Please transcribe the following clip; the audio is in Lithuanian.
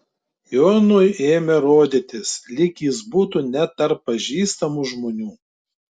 jonui ėmė rodytis lyg jis būtų ne tarp pažįstamų žmonių